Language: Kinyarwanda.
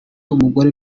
umugore